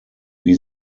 wie